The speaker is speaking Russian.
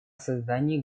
создании